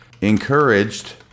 encouraged